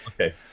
Okay